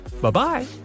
Bye-bye